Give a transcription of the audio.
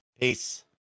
Peace